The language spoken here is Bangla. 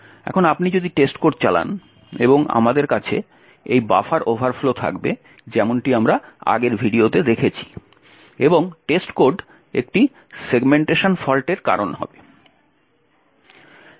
এখন আপনি যদি টেস্টকোড চালান এবং আমাদের কাছে এই বাফার ওভারফ্লো থাকবে যেমনটি আমরা আগের ভিডিওতে দেখেছি এবং টেস্টকোড একটি সেগমেন্টেশন ফল্টের কারণ হবে